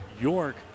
York